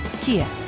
Kia